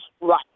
right